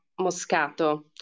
Moscato